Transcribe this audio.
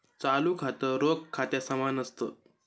चालू खातं, रोख खात्या समान असत